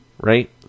right